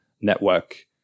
network